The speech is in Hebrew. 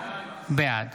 בעד